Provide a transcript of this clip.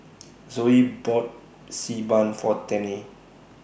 Zoe bought Xi Ban For Tennie